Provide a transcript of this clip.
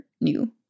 new